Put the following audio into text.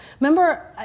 Remember